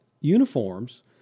Uniforms